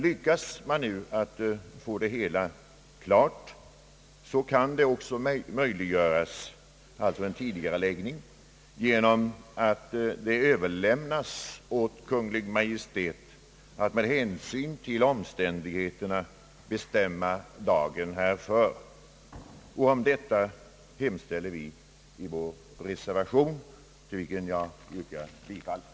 Om man nu lyckas få det hela klart kan också en tidigareläggning vara möjlig genom att det överlämnas åt Kungl. Maj:t att med hänsyn till omständigheterna bestämma dagen härför. Vi hemställer om detta i vår reservation, till vilken jag yrkar bifall.